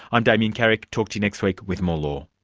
i'm damien carrick, talk to you next week with more law